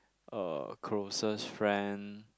uh closest friend